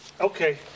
okay